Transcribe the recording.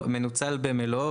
מנוצל במלואו,